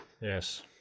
Yes